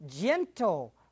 gentle